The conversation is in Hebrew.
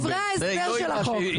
דברי ההסבר של החוק.